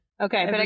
Okay